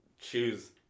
choose